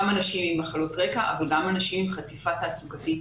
גם אנשים עם מחלות רקע אבל גם אנשים עם חשיפה תעסוקתית,